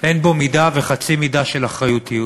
שאין בו מידה וחצי מידה של אחריות.